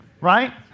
Right